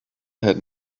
had